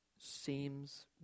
seems